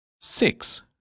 six